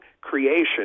creation